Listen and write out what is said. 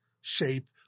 shape